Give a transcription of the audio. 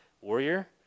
warrior